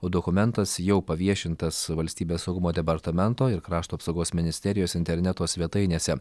o dokumentas jau paviešintas valstybės saugumo departamento ir krašto apsaugos ministerijos interneto svetainėse